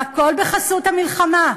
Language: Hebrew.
והכול בחסות המלחמה,